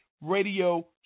radio